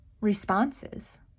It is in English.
responses